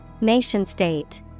Nation-state